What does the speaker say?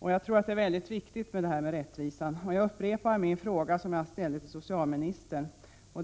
Jag tror det är oerhört viktigt med rättvisa, och jag upprepar därför den fråga jag ställde till socialministern.